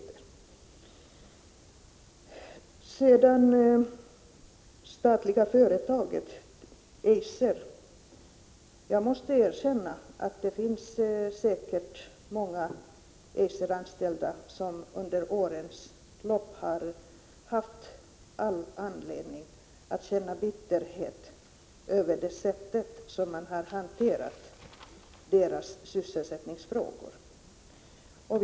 När det gäller det statliga företaget Eiser måste jag erkänna att det säkert finns många Eiseranställda som under årens lopp har haft all anledning att känna bitterhet över det sätt på vilket man har hanterat deras sysselsättningsfrågor.